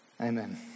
Amen